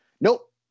nope